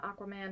Aquaman